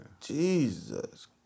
Jesus